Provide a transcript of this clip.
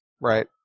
Right